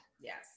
Yes